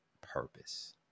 purpose